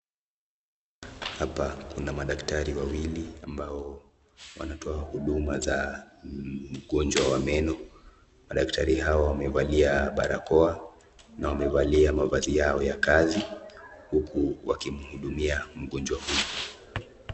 Hapa kuna madaktari wawili ambao wanatoa huduma za ugonjwa wa meno. Madaktari hawa wamevalia barakoa na wamevalia mavazi yao ya kazi huku wakimhudumi mgonjwa huyu.